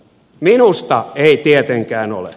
minusta ei tietenkään ole